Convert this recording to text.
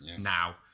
now